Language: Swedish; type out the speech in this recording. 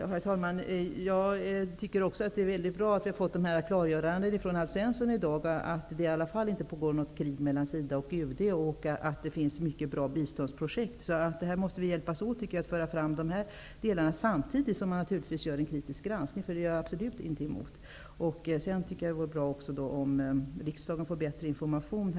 Herr talman! Jag tycker också att det är mycket bra att vi har fått dessa klargöranden från Alf Svensson i dag om att det inte pågår något krig mellan SIDA och UD och att det finns många bra biståndsprojekt. Vi måste hjälpas åt att föra fram dessa delar samtidigt som det naturligtvis görs en kritisk granskning, vilket jag absolut inte har något emot. Det vore också bra om riksdagen får bättre information.